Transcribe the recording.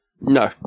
No